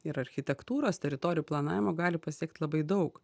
ir architektūros teritorijų planavimo gali pasiekt labai daug